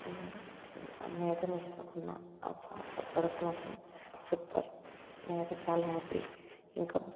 నేనైతే మీషోలో కొన్న ఆ ఆ ప్రోడక్ట్ మాత్రం సూపర్ నేనైతే చాలా హ్యాపీ ఇంకా